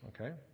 Okay